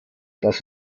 das